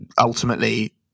ultimately